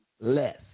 less